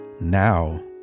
now